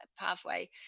pathway